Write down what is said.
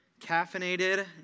Caffeinated